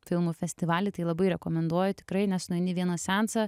filmų festivaly tai labai rekomenduoju tikrai nes nueini į vieną seansą